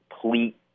complete